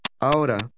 Ahora